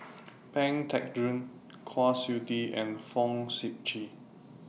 Pang Teck Joon Kwa Siew Tee and Fong Sip Chee